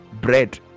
Bread